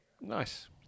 Nice